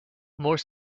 more